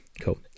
Cool